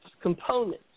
components